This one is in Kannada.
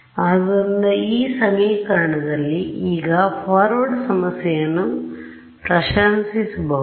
ಆದ್ದರಿಂದ ಈ ಸಮೀಕರಣದಲ್ಲಿ ಈಗ ಫಾರ್ವರ್ಡ್ ಸಮಸ್ಯೆಯನ್ನು ಪ್ರಶಂಸಿಸಬಹುದು